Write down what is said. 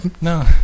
No